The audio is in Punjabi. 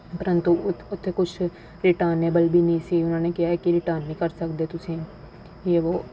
ਪ੍ਰੰਤੂ ਉਥ ਉੱਥੇ ਕੁਛ ਰਿਟਰਨਏਬਲ ਵੀ ਨਹੀਂ ਸੀ ਉਹਨਾਂ ਨੇ ਕਿਹਾ ਹੈ ਕਿ ਰਿਟਰਨ ਨਹੀਂ ਕਰ ਸਕਦੇ ਤੁਸੀਂ ਯੇ ਵੋ